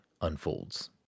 unfolds